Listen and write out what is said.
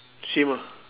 same ah